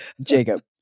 Jacob